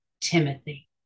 timothy